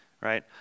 right